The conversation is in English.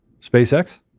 SpaceX